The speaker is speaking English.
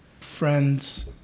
friends